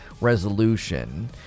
resolution